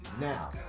Now